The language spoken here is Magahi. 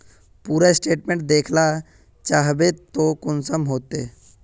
पूरा स्टेटमेंट देखला चाहबे तो कुंसम होते?